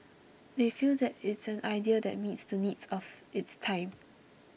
they feel that it's an idea that meets the needs of its time